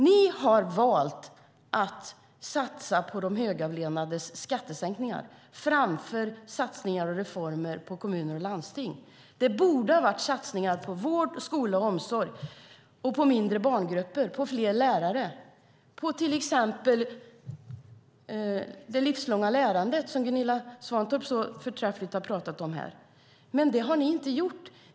Ni har valt att satsa på de högavlönades skattesänkningar framför reformer i kommuner och landsting. Det borde i stället ha skett satsningar på vård, skola och omsorg - på mindre barngrupper, på fler lärare, på det livslånga lärandet, som Gunilla Svantorp så förträffligt har pratat om här. Men det har ni inte gjort.